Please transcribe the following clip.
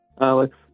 Alex